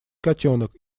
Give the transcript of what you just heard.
котенок